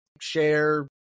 share